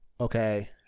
okay